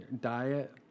Diet